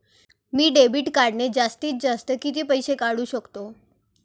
मी debit कार्डने जास्तीत जास्त किती पैसे काढू शकतो?